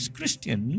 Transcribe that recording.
Christian